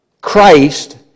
Christ